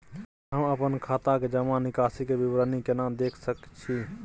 हम अपन खाता के जमा निकास के विवरणी केना देख सकै छी?